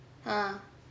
ah